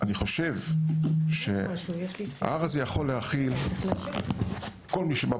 אני חושב שההר הזה יכול להכיל את כל מי שבא,